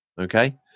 Okay